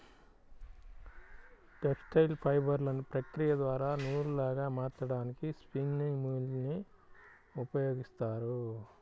textile ఫైబర్లను ప్రక్రియ ద్వారా నూలులాగా మార్చడానికి స్పిన్నింగ్ మ్యూల్ ని ఉపయోగిస్తారు